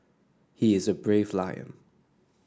he is a brave lion